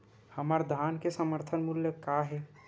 हमर धान के समर्थन मूल्य का हे?